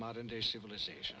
modern day civilization